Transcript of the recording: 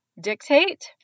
dictate